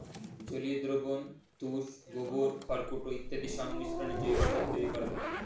জলীয় দ্রবণ, তুষ, গোবর, খড়গুঁড়ো ইত্যাদির সংমিশ্রণে জৈব সার তৈরি করা হয়